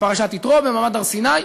בפרשת יתרו, במעמד הר-סיני.